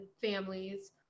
families